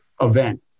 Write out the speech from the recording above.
event